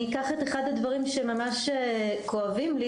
אני אקח את אחד מהדברים שממש כואבים לי.